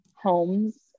homes